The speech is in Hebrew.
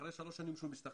אחרי שלוש שנים כשהוא משתחרר,